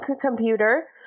computer